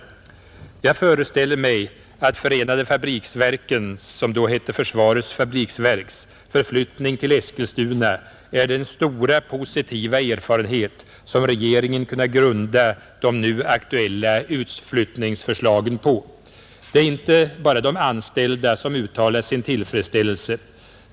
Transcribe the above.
Jag föreställer mig att förflyttningen av förenade fabriksverken — som då hette försvarets fabriksverk — till Eskilstuna är den stora positiva erfarenhet som regeringen kunnat grunda de nu aktuella utflyttningsförslagen på. Det är inte bara de anställda som uttalat sin tillfredsställelse.